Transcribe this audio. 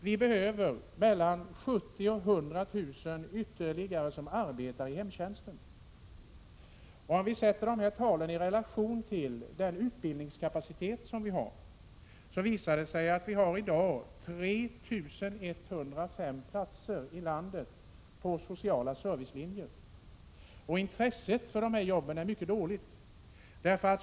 Vi behöver mellan 70 000 och 100 000 personer ytterligare som arbetar i hemtjänsten. Om vi sätter de här talen i relation till den utbildningskapacitet vi har, visar det sig att det finns 3 105 platser i landet på sociala servicelinjer. Intresset för de här jobben är 79 mycket dåligt.